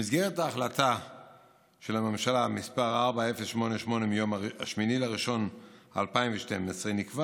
במסגרת החלטת הממשלה מס' 4088 מיום 8 בינואר 2012 נקבע